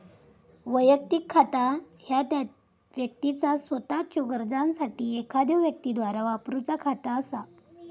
वैयक्तिक खाता ह्या त्या व्यक्तीचा सोताच्यो गरजांसाठी एखाद्यो व्यक्तीद्वारा वापरूचा खाता असा